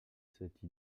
cette